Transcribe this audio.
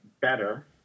better